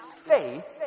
faith